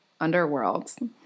underworlds